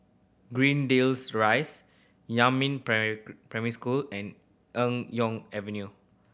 Greendale Rise Yumin Primary School and Eng Yeo Avenue